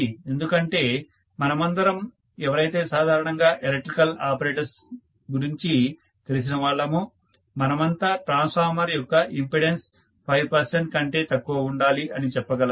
ఎందుకంటే మనమందరం ఎవరైతే సాధారణంగా ఎలక్ట్రికల్ ఆపరేటస్ ల గురించి తెలిసినవాళ్లమో మనమంతా ట్రాన్స్ఫార్మర్ యొక్క ఇంపెడన్స్ 5 పర్సెంట్ కంటే తక్కువ ఉండాలి అని చెప్పగలము